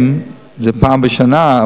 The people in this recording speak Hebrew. אם זה פעם בשנה,